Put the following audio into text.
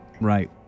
Right